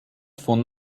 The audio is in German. von